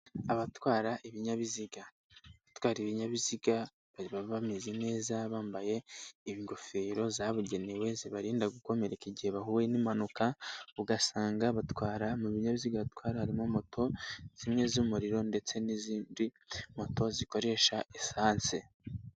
Abatwara ibinyabiziga, abatwara ibinyabiziga baba bameze neza bambaye ingofero zabugenewe zibarinda gukomereka igihe bahuye n'impanuka ugasanga batwara mu binyabiziga batwara harimo moto zimwe z'umuriro ndetse n'izindi moto zikoresha esanse.